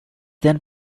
then